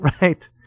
Right